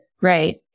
Right